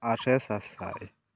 ᱟᱨᱮ ᱥᱟᱥᱟᱭ